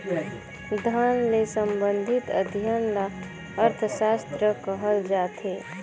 धन ले संबंधित अध्ययन ल अर्थसास्त्र कहल जाथे